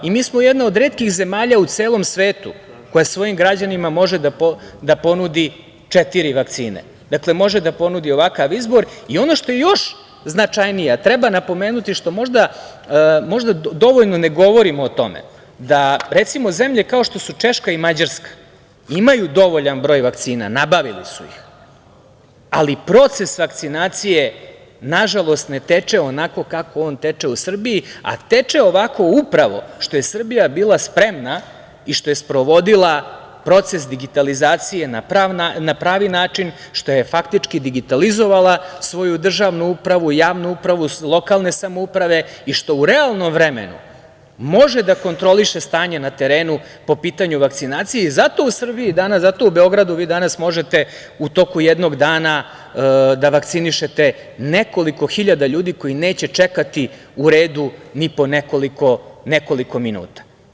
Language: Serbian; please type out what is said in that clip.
Mi smo jedna od retkih zemalja u celom svetu koja svojim građanima može da ponudi četiri vakcine, može da ponudi ovakav izbor Ono što je još značajnije, treba napomenuti što možda dovoljno ne govorimo o tome da recimo zemlje kao što su Češka i Mađarska imaju dovoljan broj vakcina, nabavili su ih, ali proces vakcinacije nažalost ne teče onako kako on teče u Srbiji, a teče ovako upravo što je Srbija bila spremna i što je sprovodila proces digitalizacije na pravi način, što je faktički digitalizovala svoju državnu upravu, javnu upravu, lokalne samouprave i što u realnom vremenu može da kontroliše stanje na terenu po pitanju vakcinacije i zato u Srbiji danas, zato u Beogradu vi danas možete u toku jednog dana da vakcinišete nekoliko hiljada ljudi koji neće čekati u redu ni po nekoliko minuta.